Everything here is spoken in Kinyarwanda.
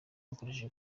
bakoresheje